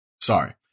Sorry